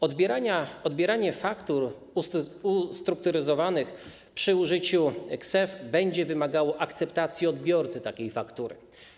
Odbieranie faktur ustrukturyzowanych przy użyciu KSeF będzie wymagało akceptacji odbiorcy takiej faktury.